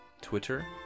Twitter